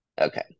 Okay